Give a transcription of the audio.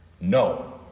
No